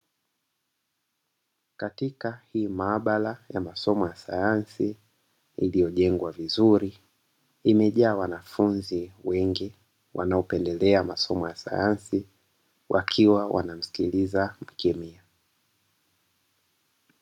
Katika hii mabara ya masomo ya sayansi iliyojengwa vizuri, imejaa wanafunzi wengi wanaopendelea masomo ya sayansi wakiwa wanamsikiliza mkemia.